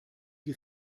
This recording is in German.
die